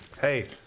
Hey